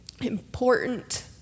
important